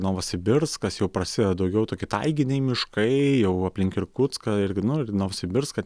novosibirskas jau prasideda daugiau tokie taiginiai miškai jau aplink irkutską irgi nu ir novosibirską